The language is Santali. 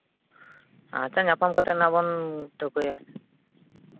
ᱟᱪᱪᱷᱟ ᱧᱟᱯᱟᱢ ᱠᱟᱛᱮᱫ ᱱᱟᱜ ᱵᱚᱱ ᱴᱷᱟᱹᱣᱠᱟᱹᱭᱟ